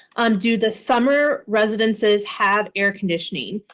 um do the summer residences have air conditioning?